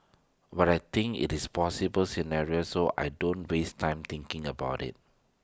but I think IT is possible scenario so I don't waste time thinking about IT